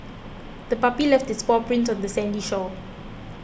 the puppy left its paw prints on the sandy shore